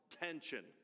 tension